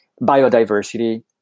biodiversity